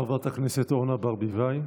חברת הכנסת אורנה ברביבאי.